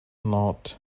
not